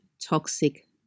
toxic